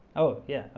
oh yeah, ah